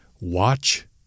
watch